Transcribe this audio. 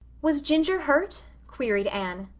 was ginger hurt? queried anne.